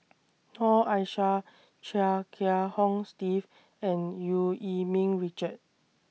Noor Aishah Chia Kiah Hong Steve and EU Yee Ming Richard